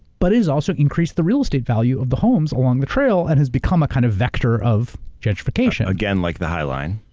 but has also increased the real estate value of the homes along the trail and has become a kind of vector of gentrification. again, like the high line.